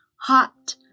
hot